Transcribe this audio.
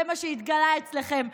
זה מה שהתגלה אצלכם,